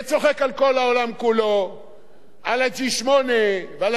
על ה-G8 ועל ה-G5+1 ועל איסטנבול,